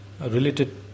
related